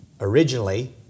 originally